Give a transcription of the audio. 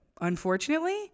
unfortunately